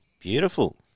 beautiful